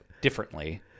differently